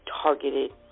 targeted